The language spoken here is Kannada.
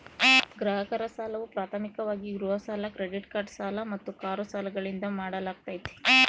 ಗ್ರಾಹಕರ ಸಾಲವು ಪ್ರಾಥಮಿಕವಾಗಿ ಗೃಹ ಸಾಲ ಕ್ರೆಡಿಟ್ ಕಾರ್ಡ್ ಸಾಲ ಮತ್ತು ಕಾರು ಸಾಲಗಳಿಂದ ಮಾಡಲಾಗ್ತೈತಿ